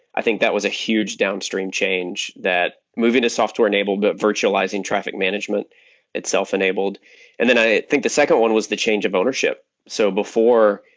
i think that was a huge downstream change that moving to software enabled, that virtualizing traffic management itself enabled and then i think the second one was the change of ownership. so before,